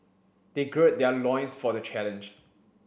they gird their loins for the challenge